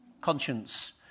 conscience